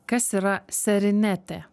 kas yra serinetė